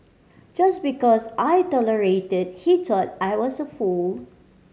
just because I tolerated he thought I was a fool